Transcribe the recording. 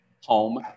home